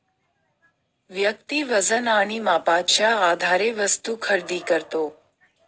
व्यक्ती वजन आणि मापाच्या आधारे वस्तू खरेदी करतो